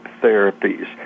therapies